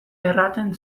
erraten